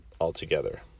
altogether